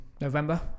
November